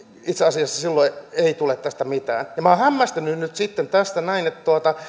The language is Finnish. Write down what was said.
itse asiassa silloin ei tule tästä mitään minä olen hämmästynyt nyt tästä että